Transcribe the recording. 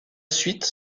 suite